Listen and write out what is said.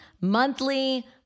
monthly